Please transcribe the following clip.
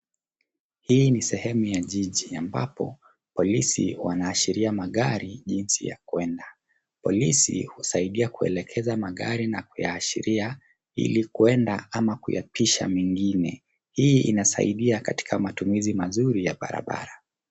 Hii ni sehemu ya jiji ambapo polisi wanaashiria magari jinsi ya kuenda. Polisi husaidia kuelekeza magari na kuyaashiria ili kuenda ama kuyapisha mengine. Hii inasaidia katika matumizi mazuri ya barabara.